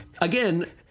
Again